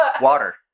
Water